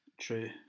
True